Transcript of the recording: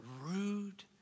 rude